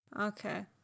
Okay